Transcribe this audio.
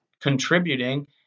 contributing